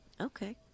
Okay